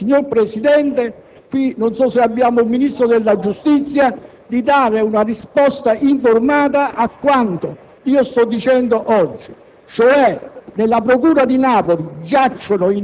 Questo è il clima di quella città. Le chiedo, signor Presidente (non so se sia qui presente il Ministro della giustizia), di avere una risposta informata a quanto sto dicendo oggi,